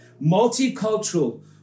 multicultural